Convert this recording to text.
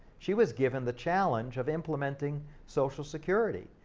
she was given the challenge of implementing social security,